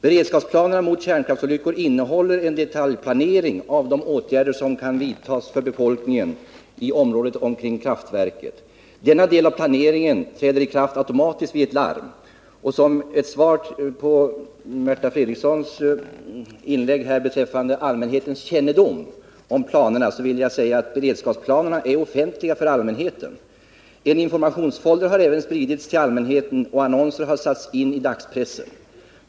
Beredskapsplanerna mot kärnkraftsolyckor innehåller en detaljplanering för de åtgärder som kan vidtas för befolkningen i området omkring kraftverket. Denna del av planeringen träder i kraft automatiskt vid ett larm. Som svar på det Märta Fredrikson sade om allmänhetens kännedom om planerna vill jag säga att planerna är offentliga för allmänheten. En informationsfolder har även spritts till allmänheten, och annonser har publicerats i dagspressen.